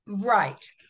Right